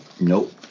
Nope